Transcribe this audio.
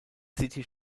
city